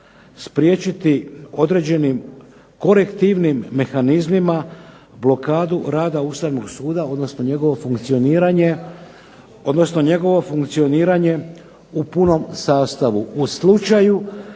spriječiti određenim korektivnim mehanizmima blokadu rada Ustavnog suda odnosno njegovo funkcioniranje u punom sastavu